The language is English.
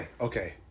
okay